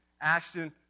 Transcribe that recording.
Ashton